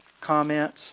comments